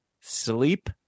Sleep